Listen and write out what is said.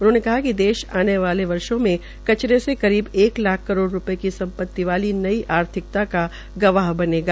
उन्होंने कहा कि देश आने वाले वर्षो के कचरे से करीब एक लाख करोड़ रूपये की संपति वाली नई आर्थिकता का गवाह बनेगा